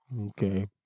okay